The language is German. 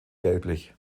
gelblich